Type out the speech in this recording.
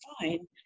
fine